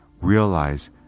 realize